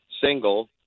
single